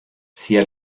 sia